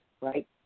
right